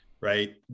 right